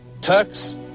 Turks